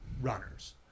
runners